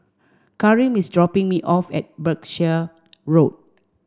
Kareem is dropping me off at Berkshire Road